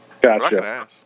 gotcha